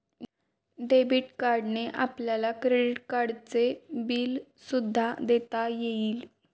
debit कार्डने आपल्याला credit कार्डचे बिल सुद्धा देता येईल